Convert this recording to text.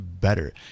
better